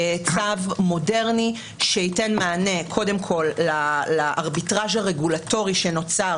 צו מודרני שייתן מענה קודם כל לארביטרז' הרגולטורי שנוצר